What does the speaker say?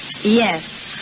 Yes